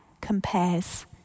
compares